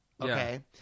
Okay